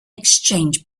exchange